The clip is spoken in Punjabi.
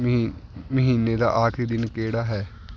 ਮਹੀ ਮਹੀਨੇ ਦਾ ਆਖੀਰੀ ਦਿਨ ਕਿਹੜਾ ਹੈ